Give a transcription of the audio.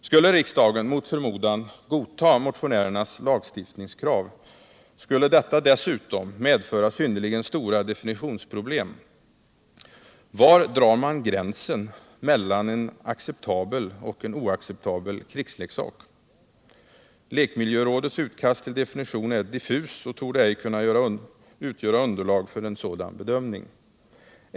Skulle riksdagen mot förmodan godta motionärernas lagstiftningskrav, skulle detta dessutom medföra synnerligen stora definitionsproblem. Var drar man gränsen mellan en acceptabel och en oacceptabel krigsleksak? Lekmiljörådets utkast till definition är diffus och torde ej kunna utgöra underlag för en sådan bedömning.